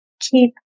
keep